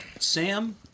Sam